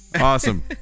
awesome